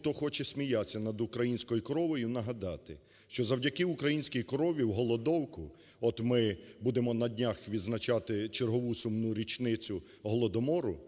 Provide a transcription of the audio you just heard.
хто хоче сміятися над українською коровою, нагадати, що завдяки українській корові в голодовку, от ми будемо на днях відзначати чергову сумну річницю Голодомору,